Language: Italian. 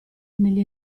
negli